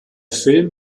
film